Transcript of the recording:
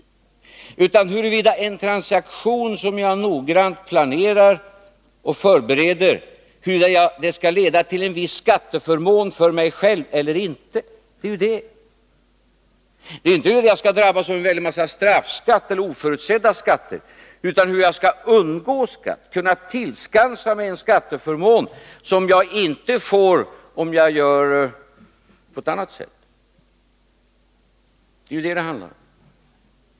Vi diskuterar huruvida en transaktion som jag noggrant planerar och förbereder skall leda till en viss skatteförmån för mig själv eller inte. Det gäller inte huruvida jag skall drabbas av en väldig massa straffskatt eller oförutsedda skatter, utan hur jag skall undgå skatt, kunna tillskansa mig en skatteförmån som jag inte får om jag gör på annat sätt.